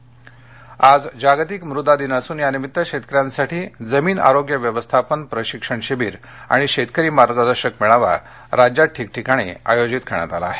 मदा दिन मेळावा आज जागतिक मृदा दिन असून यानिमित्त शेतकऱ्यांसाठी जमीन आरोग्य व्यवस्थापन प्रशिक्षण शिबीर आणि शेतकरी मार्गदर्शन मेळावा राज्यात ठिकठिकाणी आयोजित करण्यात आला आहे